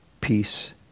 peace